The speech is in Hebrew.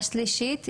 השלישית,